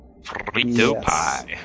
Frito-Pie